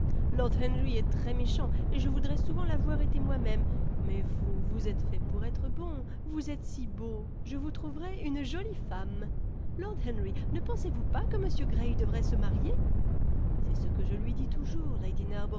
lord henry est très méchant et je voudrais souvent l'avoir été moi-même mais vous vous êtes fait pour être bon vous êtes si beau je vous trouverai une jolie femme lord henry ne pensez-vous pas que m gray devrait se marier c'est ce que je lui dis toujours